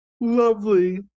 Lovely